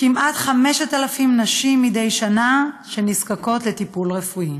כמעט 5,000 נשים מדי שנה נזקקות לטיפול רפואי.